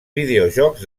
videojocs